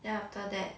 then after that